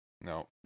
no